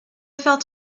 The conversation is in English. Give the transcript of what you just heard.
felt